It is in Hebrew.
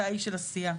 אתה איש של עשייה.